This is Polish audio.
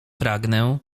pragnę